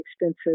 expensive